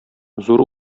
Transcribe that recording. зур